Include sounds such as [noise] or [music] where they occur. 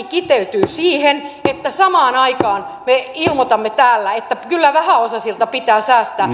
[unintelligible] kiteytyy siihen että samaan aikaan kun ilmoitetaan täällä että kyllä vähäosaisilta pitää säästää [unintelligible]